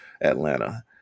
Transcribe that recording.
atlanta